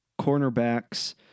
cornerbacks